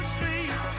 Street